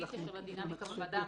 בלי קשר לדינמיקה בוועדה,